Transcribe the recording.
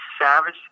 Savage